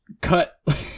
cut